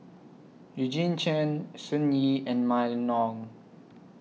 Eugene Chen Sun Yee and Mylene Ong